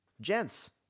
gents